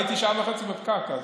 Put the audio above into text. הייתי שעה וחצי בפקק.